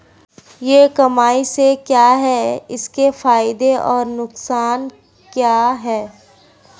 ई commerce क्या है इसके फायदे और नुकसान क्या है?